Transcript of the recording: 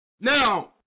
Now